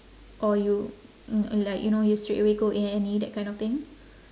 or you uh like you know you straight away go A&E that kind of thing